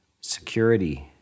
security